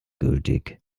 gültig